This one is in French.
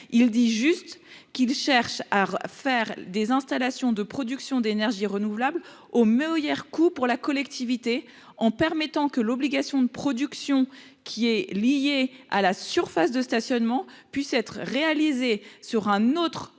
il dit juste qu'il cherche à faire des installations de production d'énergie renouvelable au mur hier, coût pour la collectivité, en permettant que l'obligation de production qui est liée à la surface de stationnement puisse être réalisée sur un autre